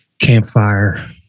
campfire